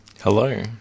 Hello